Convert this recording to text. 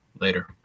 later